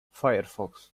firefox